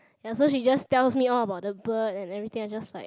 ya so she just tells me all about the bird and everything I just like